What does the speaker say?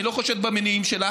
אני לא חושד במניעים שלך,